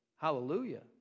Hallelujah